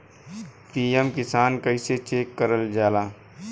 PM Kisan कइसे check करल जाला?